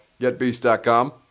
getbeast.com